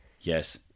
yes